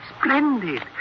Splendid